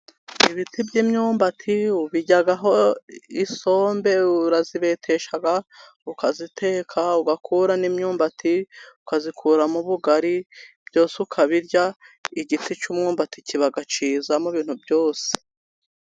Ibiti by' imyumbati bijyaho isombe, urazibetesha ukaziteka ugakuramo imyumbati, ukazikuramo ubugari byose ukabirya, igiti cy' umwumbati kiba cyiza mu bintu byose.